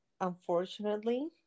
unfortunately